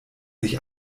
sich